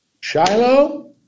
Shiloh